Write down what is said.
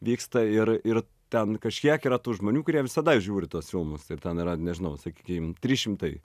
vyksta ir ir ten kažkiek yra tų žmonių kurie visada žiūri tuos filmus ir ten yra nežinau sakykim trys šimtai